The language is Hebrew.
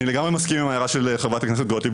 אני לגמרי מסכים עם ההערה של חברת הכנסת גוטליב.